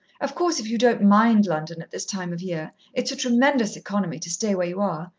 of course, if you don't mind london at this time of year it's a tremendous economy to stay where you are.